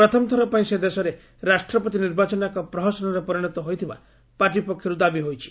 ପ୍ରଥମଥର ପାଇଁ ସେ ଦେଶରେ ରାଷ୍ଟ୍ରପତି ନିର୍ବାଚନ ଏକ ପ୍ରହସନରେ ପରିଣତ ହୋଇଥିବା ପାର୍ଟି ପକ୍ଷରୁ ଦାବି ହୋଇଛି